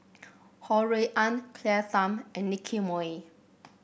Ho Rui An Claire Tham and Nicky Moey